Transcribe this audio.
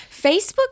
Facebook